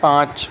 پانچ